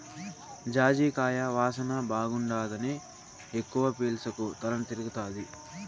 జాజికాయ వాసన బాగుండాదని ఎక్కవ పీల్సకు తల తిరగతాది